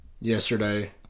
yesterday